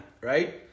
right